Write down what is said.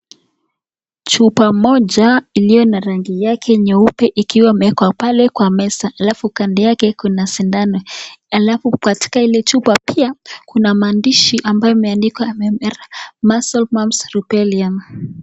Chupa moja iliyo na rangi yake nyeupe ikiwa imewekwa pale kwa meza halafu kando yake kuna sindano. halafu katika ile chupa pia kuna maandishi ambayo yameandikwa Measles, Mumps, Rubella .